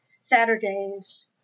Saturdays